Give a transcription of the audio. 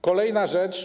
Kolejna rzecz.